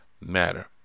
matter